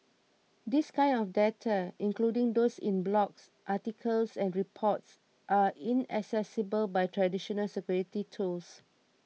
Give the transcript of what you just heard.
this kind of data including those in blogs articles and reports are inaccessible by traditional security tools